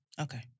Okay